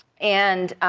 and